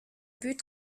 but